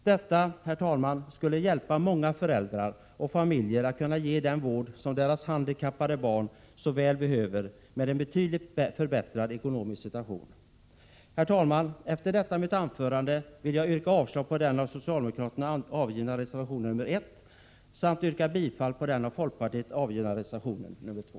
Detta, herr talman, skulle hjälpa många föräldrar och familjer att med en betydligt förbättrad ekonomisk situation ge sitt handikappade barn den vård det så väl behöver. Herr talman! Efter detta mitt anförande vill jag yrka avslag på den av socialdemokraterna avgivna reservation nr 1 samt bifall till den av folkpartiet avgivna reservation nr 2.